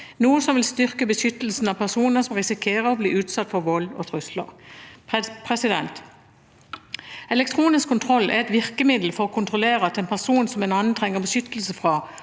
noe som vil styrke beskyttelsen av personer som risikerer å bli utsatt for vold og trusler. Elektronisk kontroll er et virkemiddel for å kontrollere at en person som en annen trenger beskyttelse fra,